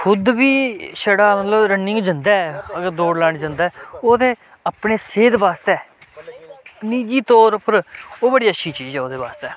खुद बी छड़ा मतलब रनिंग जंदा ऐ अगर दौड़ लाने जंदा ऐ ओह् ते अपने सेह्त बास्तै निजी तौर उप्पर ओह् बड़ी अच्छी चीज ऐ ओह्दे बास्तै